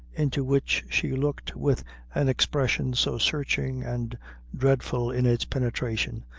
into which she looked with an expression so searching and dreadful in its penetration,